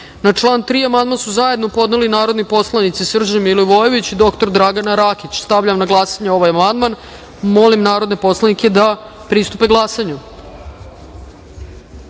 član 2. amandman su zajedno podneli narodni poslanici Srđan Milivojević i dr. Dragana Rakić. Stavljam na glasanje ovaj amandman. Molim narodne poslanike da pritisnu